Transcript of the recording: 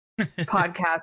podcast